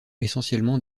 essentiellement